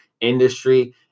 industry